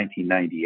1998